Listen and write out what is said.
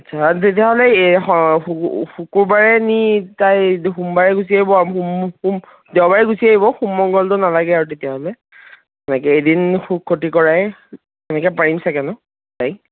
আচ্ছা তেতিয়াহ'লে শুকুৰবাৰে নি তাই ইটো সোমবাৰে গুচি আহিব সোম সোম দেওবাৰে গুচি আহিব সোম মঙলটো নালাগে আৰু তেতিয়াহ'লে তাকে এদিন খতি কৰাই এনেকৈ পাৰিম চাগে ন' তাইক